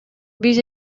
биз